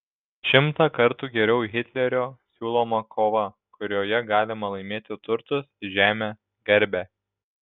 šimtą kartų geriau hitlerio siūloma kova kurioje galima laimėti turtus žemę garbę